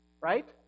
Right